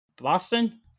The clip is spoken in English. Boston